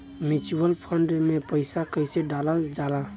Mutual fund मे पईसा कइसे डालल जाला?